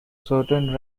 certain